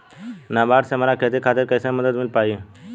नाबार्ड से हमरा खेती खातिर कैसे मदद मिल पायी?